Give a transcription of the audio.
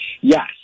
Yes